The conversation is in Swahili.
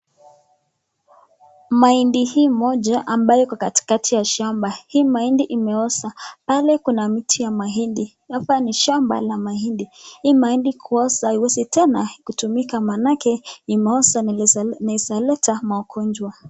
Mahindi hii moja ambayo iko katikati ya shamba. Hii mahindi imeoza pale kuna miti ya mahindi hapa ni shamba la mahindi hii mahindi kuoza haiwezi tena kutumika manake imeoza na inaweza kuleta magonjwa.